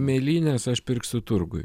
mėlynes aš pirksiu turguj